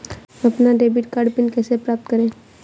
अपना debit card PIN कैसे प्राप्त करें?